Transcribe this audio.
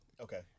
Okay